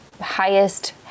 highest